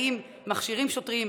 האם מכשירים שוטרים?